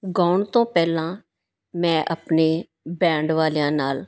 ਗਾਉਣ ਤੋਂ ਪਹਿਲਾਂ ਮੈਂ ਆਪਣੇ ਬੈਂਡ ਵਾਲਿਆਂ ਨਾਲ